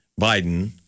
Biden